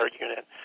unit